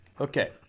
Okay